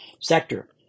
sector